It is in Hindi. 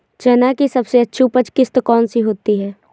चना की सबसे अच्छी उपज किश्त कौन सी होती है?